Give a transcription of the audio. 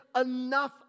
enough